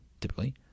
typically